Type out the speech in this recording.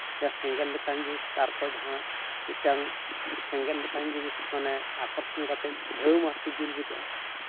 ᱡᱟᱦᱟᱸ ᱥᱮᱸᱜᱮᱞ ᱞᱮᱠᱟᱱ ᱡᱤᱱᱤᱥ ᱛᱟᱨ ᱠᱚᱨᱮ ᱡᱟᱟᱦᱟᱱᱟᱜ ᱢᱤᱫᱴᱟᱝ ᱥᱮᱸᱜᱮᱞ ᱞᱮᱠᱟᱱ ᱡᱤᱱᱤᱥ ᱢᱟ ᱟᱠᱚᱨᱥᱚᱱ ᱠᱟᱛᱮᱜ ᱫᱷᱟᱹᱣ ᱢᱟᱨᱮᱛᱮ ᱡᱩᱞ ᱜᱚᱫᱚᱜᱼᱟ